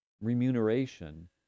remuneration